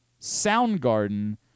Soundgarden